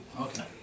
Okay